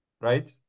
right